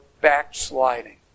backsliding